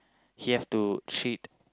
he have to treat